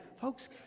Folks